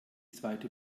zweite